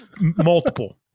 multiple